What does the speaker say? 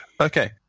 Okay